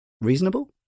Reasonable